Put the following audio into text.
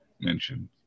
mentioned